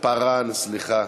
פּארן סליחה,